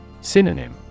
Synonym